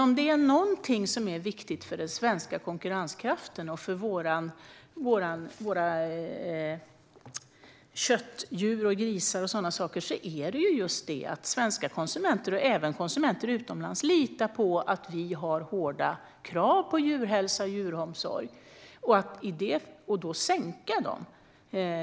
Om det är någonting som är viktigt för den svenska konkurrenskraften och för våra köttdjur och grisar är det att svenska konsumenter - och även konsumenter utomlands - litar på att vi har hårda krav på djurhälsa och djuromsorg.